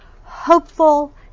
hopeful